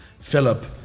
Philip